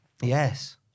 Yes